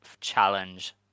challenge